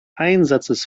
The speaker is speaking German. einsatzes